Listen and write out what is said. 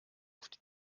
oft